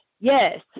Yes